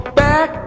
back